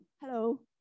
hello